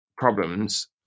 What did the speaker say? problems